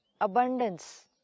abundance